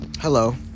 hello